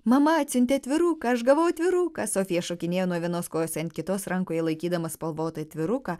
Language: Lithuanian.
mama atsiuntė atviruką aš gavau atviruką sofija šokinėjo nuo vienos kojos ant kitos rankoje laikydama spalvotą atviruką